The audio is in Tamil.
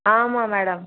ஆமாம் மேடம்